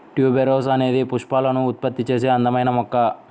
tuberose అనేది పుష్పాలను ఉత్పత్తి చేసే అందమైన మొక్క